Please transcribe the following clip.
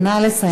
נא לסיים.